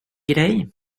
grej